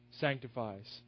Sanctifies